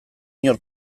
inor